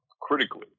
critically